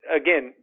again